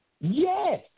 Yes